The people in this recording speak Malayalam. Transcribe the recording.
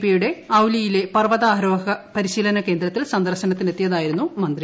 പി യുടെ ഔലിയിലെ പർവതാരോഹക പരിശീലന കേന്ദ്രത്തിൽ സന്ദർശനത്തിയതായിരുന്നു മന്ത്രി